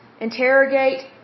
interrogate